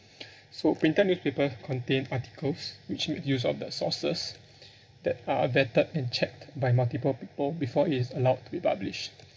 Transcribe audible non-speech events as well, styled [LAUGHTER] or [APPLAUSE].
so printed newspapers contain articles which make use of their sources [BREATH] that are vetted and checked by multiple people before it is allowed to be published